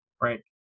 right